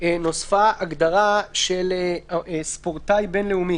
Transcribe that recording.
נוספה הגדרה של ספורטאי בין-לאומי.